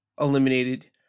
eliminated